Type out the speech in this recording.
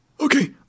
Okay